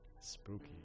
spooky